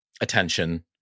attention